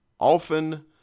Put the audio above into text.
often